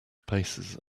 paces